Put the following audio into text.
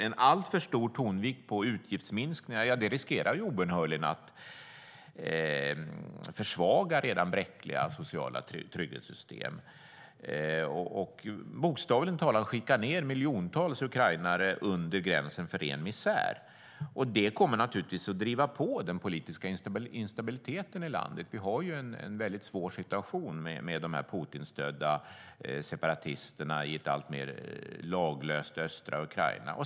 En alltför stor tonvikt på utgiftsminskningar riskerar obönhörligen att försvaga redan bräckliga sociala trygghetssystem och att bokstavligt talat skicka ned miljontals ukrainare under gränsen för ren misär. Det kommer naturligtvis att driva på den politiska instabiliteten i landet. Vi har en svår situation med de Putinstödda separatisterna i ett alltmer laglöst östra Ukraina.